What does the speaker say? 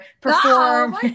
perform